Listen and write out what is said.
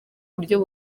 buryo